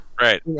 Right